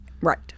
Right